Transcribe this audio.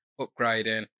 upgrading